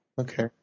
Okay